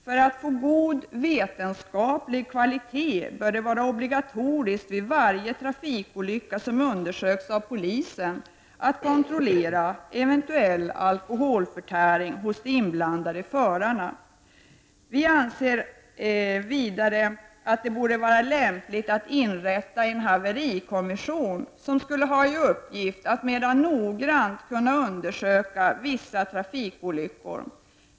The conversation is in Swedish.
För att få god vetenskaplig kvalitet bör det vara obligatoriskt att vid varje trafikolycka som undersöks av polisen också kontrollera eventuell alkoholförtäring hos de inblandade förarna. Vi anser vidare att det borde vara lämpligt att inrätta en haverikommission, som skulle ha i uppgift att mera noggrant undersöka vissa trafikolyckor.